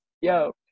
yo